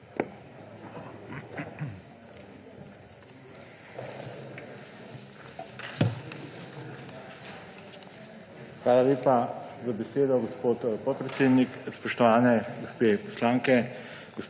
Hvala lepa za besedo, gospod podpredsednik. Spoštovane gospe poslanke,